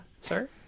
sir